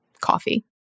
coffee